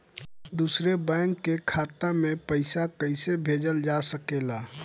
दूसरे बैंक के खाता में पइसा कइसे भेजल जा सके ला?